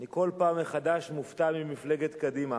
אני כל פעם מחדש מופתע ממפלגת קדימה.